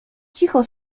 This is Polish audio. cicho